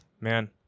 man